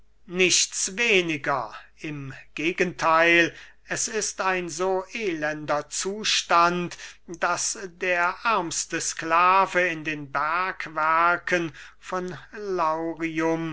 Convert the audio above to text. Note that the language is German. nichts weniger im gegentheil es ist ein so elender zustand daß der ärmste sklave in den bergwerken von laurium